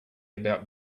about